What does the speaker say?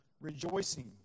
Rejoicing